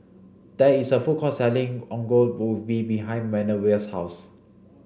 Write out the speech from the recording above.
there is a food court selling Ongol Ubi behind Manervia's house